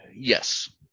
Yes